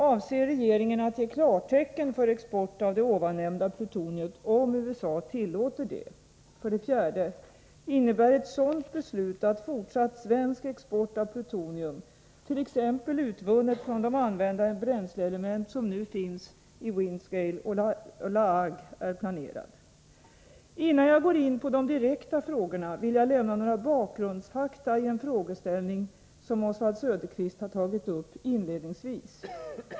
Avser regeringen att ge klartecken för export av det ovannämnda plutoniet, om USA tillåter det? 4. Innebär ett sådant beslut att fortsatt svensk export av plutonium, t.ex. utvunnet från de använda bränsleelement som nu finns i Windscale och La Hague, är planerad? Innan jag går in på de direkta frågorna, vill jag lämna några bakgrundsfakta i en frågeställning som Oswald Söderqvist har tagit upp inledningsvis.